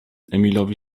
emilowi